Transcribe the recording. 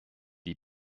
die